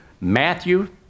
Matthew